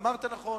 ואמרת נכון,